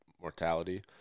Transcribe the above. mortality